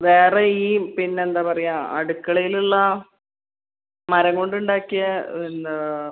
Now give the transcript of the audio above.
വേറെ ഈ പിന്നെ എന്താണ് പറയുക അടുക്കളയിലുള്ള മരം കൊണ്ട് ഉണ്ടാക്കിയ എന്താണ്